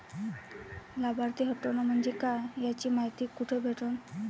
लाभार्थी हटोने म्हंजे काय याची मायती कुठी भेटन?